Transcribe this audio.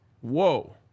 Whoa